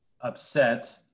upset